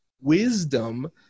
wisdom